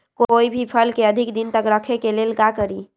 कोई भी फल के अधिक दिन तक रखे के ले ल का करी?